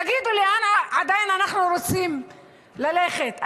תגידו לי, לאן אנחנו רוצים ללכת?